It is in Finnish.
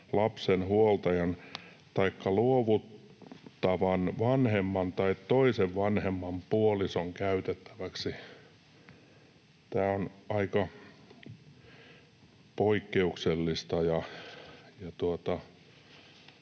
lapsen huoltajan taikka luovuttavan vanhemman tai toisen vanhemman puolison käytettäväksi.” Tämä on aika poikkeuksellista,